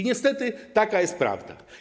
Niestety taka jest prawda.